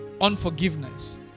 unforgiveness